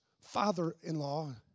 father-in-law